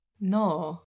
No